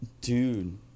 Dude